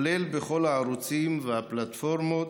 בכל הערוצים והפלטפורמות.